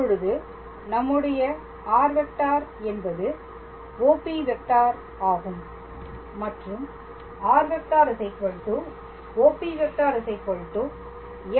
இப்பொழுது நம்முடைய r⃗ vector என்பது OP⃗ஆகும் மற்றும் r⃗ OP⃗ f⃗ ஆகும்